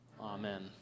Amen